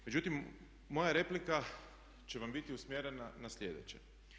Međutim, moja replika će vam biti usmjerena na sljedeće.